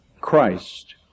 Christ